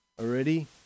already